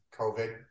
COVID